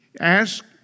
Ask